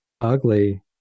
ugly